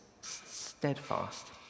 steadfast